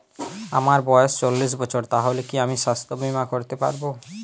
আমার বয়স চল্লিশ বছর তাহলে কি আমি সাস্থ্য বীমা করতে পারবো?